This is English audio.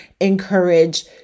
encourage